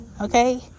Okay